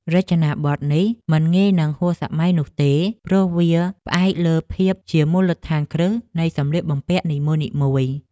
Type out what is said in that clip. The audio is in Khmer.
រចនាប័ទ្មនេះមិនងាយនឹងហួសសម័យនោះទេ ព្រោះវាផ្អែកលើភាពជាមូលដ្ឋានគ្រឹះនៃសម្លៀកបំពាក់នីមួយៗ។